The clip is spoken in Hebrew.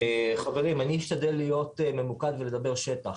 חברים אני אשתדל להיות ממוקד ולדבר שטח,